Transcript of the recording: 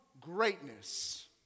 greatness